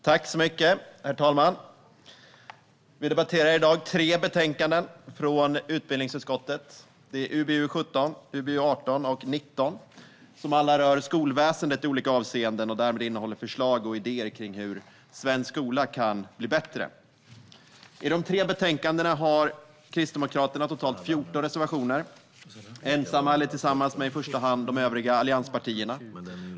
Herr talman! Vi debatterar i dag tre betänkanden från utbildningsutskottet, UbU17, UbU18 och UbU19, som alla rör skolväsendet i olika avseenden och därmed innehåller förslag och idéer om hur svensk skola kan bli bättre. I de tre betänkandena har Kristdemokraterna totalt 14 reservationer, ensamma eller tillsammans med i första hand de övriga allianspartierna.